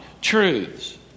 truths